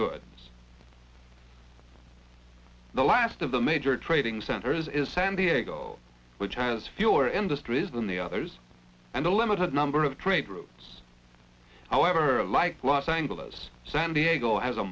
goods the last of the major trading centers in san diego which has fewer industries than the others and a limited number of trade routes however like los angeles san diego has a